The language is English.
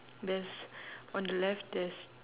there's on the left there's